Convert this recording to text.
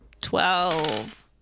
Twelve